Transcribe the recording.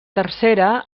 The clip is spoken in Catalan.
tercera